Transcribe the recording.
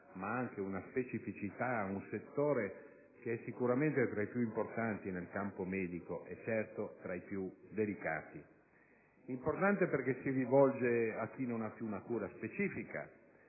ma anche una specificità, a un settore che è sicuramente tra i più importanti nel campo medico e certo tra i più delicati. È un provvedimento importante perché si rivolge a chi non ha più una cura specifica,